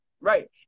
Right